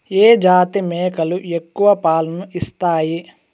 ఏ జాతి మేకలు ఎక్కువ పాలను ఇస్తాయి?